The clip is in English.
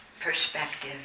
perspective